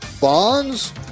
bonds